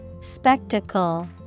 Spectacle